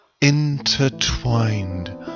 intertwined